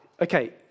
Okay